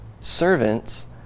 servants